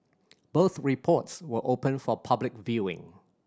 both reports were open for public viewing